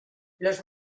los